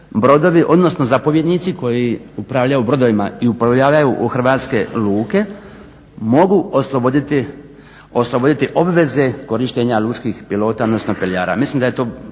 brodovi odnosno zapovjednici koji upravljaju brodovima i uplovljavaju u hrvatske luke mogu osloboditi obveze korištenja lučkih pilota odnosno peljara. Mislim da je to